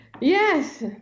Yes